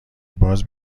باز